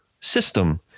system